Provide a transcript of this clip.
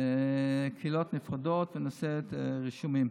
קהילות נפרדות ונעשה את הרישומים.